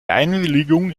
einwilligung